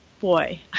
Boy